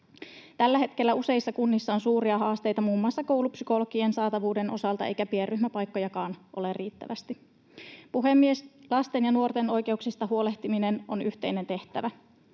Tällä hetkellä useissa kunnissa on suuria haasteita muun muassa koulupsykologien saatavuuden osalta, eikä pienryhmäpaikkojakaan ole riittävästi. Puhemies! Lasten ja nuorten oikeuksista huolehtiminen on yhteinen tehtävä.